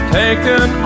taken